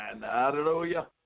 Hallelujah